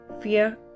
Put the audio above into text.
Fear